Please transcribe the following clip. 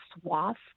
swath